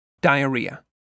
Diarrhea